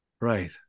right